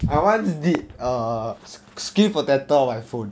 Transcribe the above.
I once did err screen protector on my phone